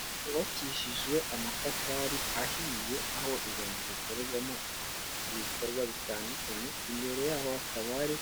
Inzu zubakishijwe amatafari ahiye, aho izo nzu zikorerwamo ibikorwa bitandukanye, imbere yaho hakaba hari